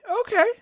okay